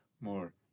more